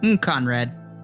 Conrad